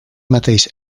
mateix